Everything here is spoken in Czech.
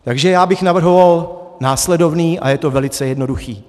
Takže já bych navrhoval následovné a je to velice jednoduché.